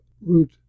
root